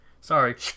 sorry